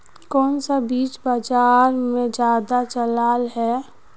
कोन सा बीज बाजार में ज्यादा चलल है?